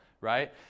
right